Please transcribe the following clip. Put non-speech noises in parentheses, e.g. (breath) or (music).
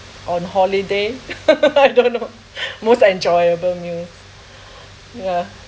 on holiday (laughs) I don't know (breath) most enjoyable meals (breath) ya